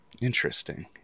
Interesting